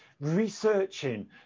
researching